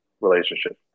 relationship